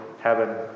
heaven